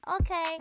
Okay